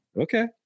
okay